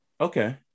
Okay